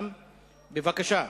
בבקשה.